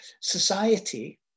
society